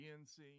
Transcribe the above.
DNC